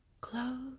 Close